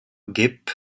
geb